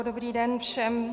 Dobrý den všem.